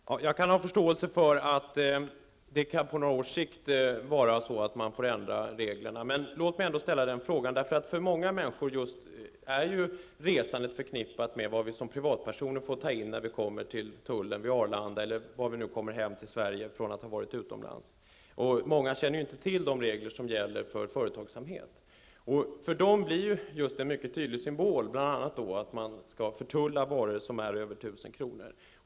Fru talman! Jag kan ha förståelse för att reglerna på några års sikt måste ändras. För många människor är resandet förknippat med just vad man som privatperson får ta in när man kommer till tullen på Arlanda, eller någon annanstans, från att ha varit utomlands. Många känner inte till de regler som gäller för företagsamhet. För dem blir det en tydlig symbol när varor över 1 000 kronors värde måste förtullas.